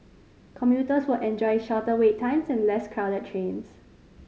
commuters will enjoy shorter wait times and less crowded trains